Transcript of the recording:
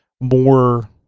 more